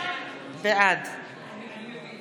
בעד